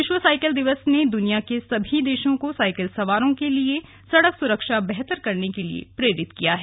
विश्व साइकिल दिवस ने दुनिया के सभी देशों को साइकिल सवारों के लिए सड़क सुरक्षा बेहतर करने के लिए प्रेरित किया है